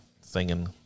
singing